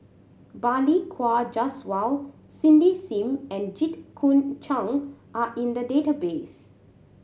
Balli Kaur Jaswal Cindy Sim and Jit Koon Ch'ng are in the database